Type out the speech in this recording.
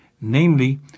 namely